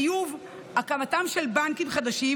הקמתם של בנקים חדשים,